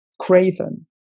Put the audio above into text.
craven